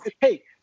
hey